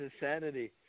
insanity